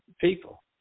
people